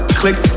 click